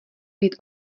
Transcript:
být